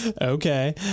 Okay